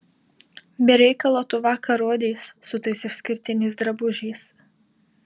be reikalo tu vakar rodeis su tais išskirtiniais drabužiais